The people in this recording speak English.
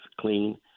clean